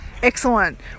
Excellent